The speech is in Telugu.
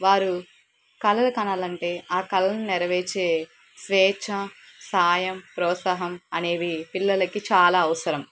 వారు కలలు కనాలంటే ఆ కళలను నెరవేర్చే స్వేచ్ఛ సాయం ప్రోత్సాహం అనేవి పిల్లలకి చాలా అవసరం